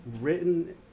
written